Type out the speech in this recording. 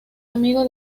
amigo